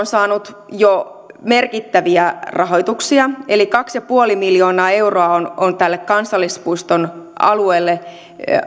saanut jo merkittäviä rahoituksia eli kaksi pilkku viisi miljoonaa euroa on on tälle kansallispuiston alueelle